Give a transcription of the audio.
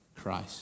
Christ